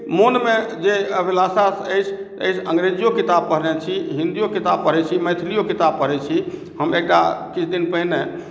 मोनमे जे अभिलाषा अछि ई अङ्ग्रेजीयो किताब पढ़ने छी हिन्दियो किताब पढ़ैत छी मैथिलियो किताब पढ़ैत छी हम एकटा किछु दिन पहिने